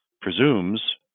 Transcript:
presumes